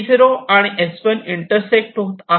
T0 आणि S1 intersect होत आहेत